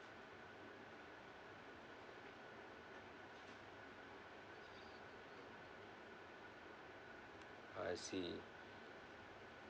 I see